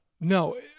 No